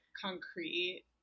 concrete